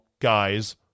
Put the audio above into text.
guys